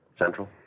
Central